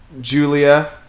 Julia